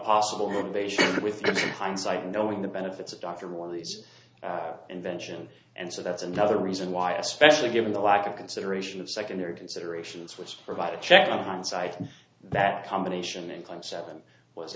possible motivation with hindsight knowing the benefits of dr one of these invention and so that's another reason why especially given the lack of consideration of secondary considerations which provide a check on hindsight that combination in